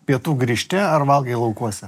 pietų grįžti ar valgai laukuose